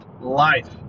Life